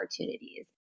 opportunities